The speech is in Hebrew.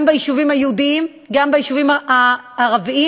ביישובים היהודיים וגם ביישובים הערביים.